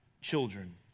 children